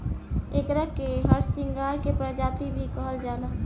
एकरा के हरसिंगार के प्रजाति भी कहल जाला